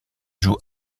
joue